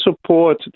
support